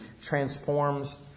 transforms